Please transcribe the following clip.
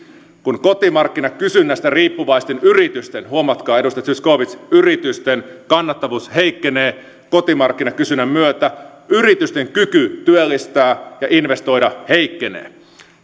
kun kotimarkkinakysynnästä riippuvaisten yritysten huomatkaa edustaja zyskowicz yritysten kannattavuus heikkenee kotimarkkinakysynnän myötä yritysten kyky työllistää ja investoida heikkenee